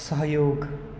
सहयोग